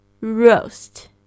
roast